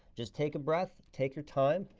just take a breath, take your time,